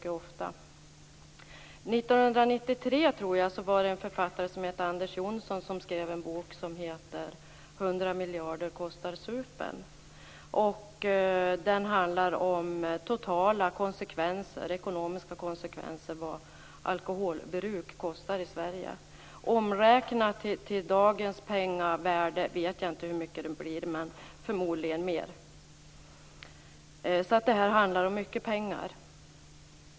År 1993 skrev Anders Johnson en bok som heter 100 miljarder kostar supen. Den handlar om totala ekonomiska konsekvenser av vad alkoholbruk kostar i Sverige. Jag vet inte hur mycket det blir omräknat till dagens penningvärde, men det är förmodligen mer. Det handlar om mycket pengar.